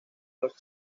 los